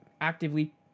actively